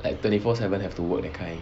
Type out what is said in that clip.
like twenty four seven have to work that kind